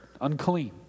unclean